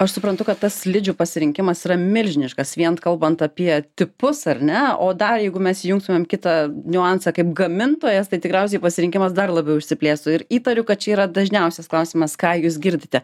aš suprantu kad tas slidžių pasirinkimas yra milžiniškas vien kalbant apie tipus ar ne o dar jeigu mes įjungtumėm kitą niuansą kaip gamintojas tai tikriausiai pasirinkimas dar labiau išsiplėstų ir įtariu kad čia yra dažniausias klausimas ką jūs girdite